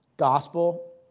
gospel